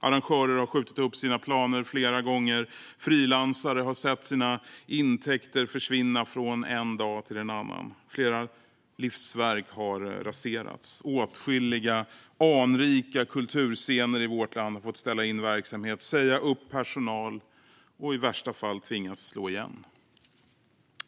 Arrangörer har skjutit upp sina planer flera gånger, frilansare har sett sina intäkter försvinna från en dag till en annan och flera livsverk har raserats. Åtskilliga anrika kulturscener i vårt land har fått ställa in verksamhet, säga upp personal och, i värsta fall, tvingats slå igen.